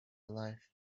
life